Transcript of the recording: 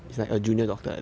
不知道